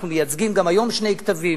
אנחנו מייצגים גם היום שני קטבים.